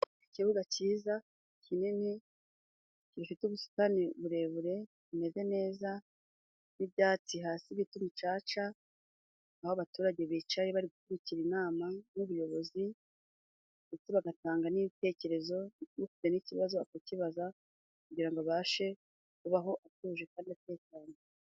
ikibuga cyiza，kinini， gifite ubusitani burebure，bumeze neza n'ibyatsi hasi bita umucaca， aho abaturage bicaye bari gukurikira inama n'ubuyobozi，ndetse bagatanga n'ibitekerezo，ufite n'ikibazo akakibaza，kugira ngo abashe kubaho atuje kandi atekanye.